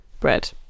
bread